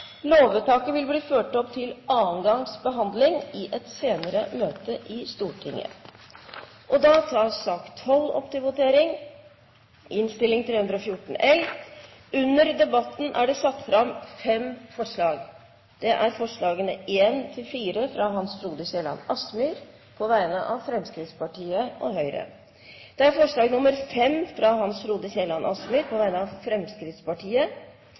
Lovvedtaket vil bli ført opp til andre gangs behandling i et senere møte i Stortinget. Under debatten er det satt fram fem forslag. Det er forslagene nr. 1–4, fra Hans Frode Kielland Asmyhr på vegne av Fremskrittspartiet og Høyre forslag nr. 5, fra Hans Frode Kielland Asmyhr på vegne av Fremskrittspartiet